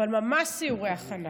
אבל ממש סיורי הכנה,